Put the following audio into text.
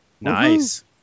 Nice